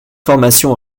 formation